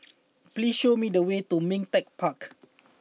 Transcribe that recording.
please show me the way to Ming Teck Park